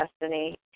destiny